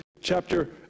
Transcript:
chapter